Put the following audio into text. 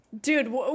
Dude